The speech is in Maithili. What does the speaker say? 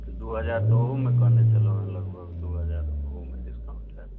दू हजार तऽ ओहोमे कहने छलहुँ लगभग दू हजार ओहोमे डिस्काउंट होयत